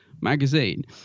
magazine